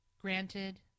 Granted